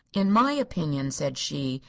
in my opinion, said she,